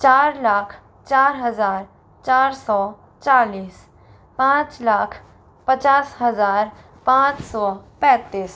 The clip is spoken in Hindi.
चार लाख चार हज़ार चार सौ चालीस पाँच लाख पचास हज़ार पाँच सौ पैंतीस